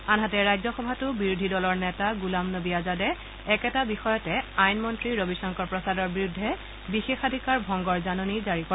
আনহাতে ৰাজ্যসভাতো বিৰোধী দলৰ নেতা গোলাম নৱী আজাদে একেটা বিষয়তে আইন মন্ত্ৰী ৰবী শংকৰ প্ৰসাদৰ বিৰুদ্ধে বিশেষাধিকাৰ ভংগৰ জাননী জাৰী কৰে